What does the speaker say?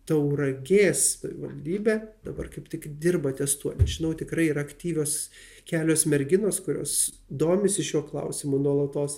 tauragės savivaldybė dabar kaip tik dirba ties tuo nes žinau tikrai yra aktyvios kelios merginos kurios domisi šiuo klausimu nuolatos